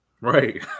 Right